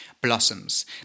blossoms